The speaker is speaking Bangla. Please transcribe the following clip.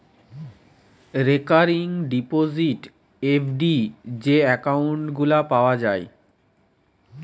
রিকারিং ডিপোজিট, এফ.ডি যে একউন্ট গুলা পাওয়া যায়